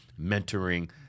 mentoring